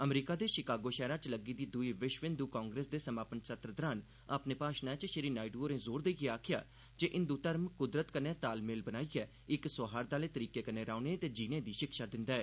अमरीका दे शिकागो शैहरा च लग्गे दे दुई विश्व हिंदु कांग्रेस दे समापन सत्र दौरान अपने भाषणै च श्री नायडु होरें जोर देइयै आखेआ जे हिंदु घर्म कुदरत कन्नै तालमेल बनाइयै इक सौहार्द आहले तरीके कन्नै रौह्ने ते जीने दी शिक्षा दिंदा ऐ